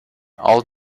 all